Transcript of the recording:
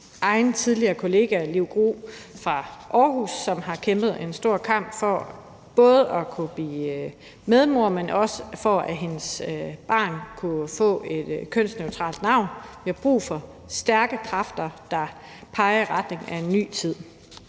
egen tidligere kollega Liv Gro fra Aarhus, som har kæmpet en stor kamp for både at kunne blive medmor, men også for, at hendes barn kunne få et kønsneutralt navn. Vi har brug for stærke kræfter, der peger i retning af en ny tid.